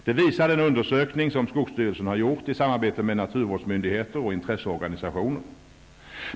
Det visar den undersökning som skogsstyrelsen har gjort i samarbete med naturvårdsmyndigheter och intresseorganisationer.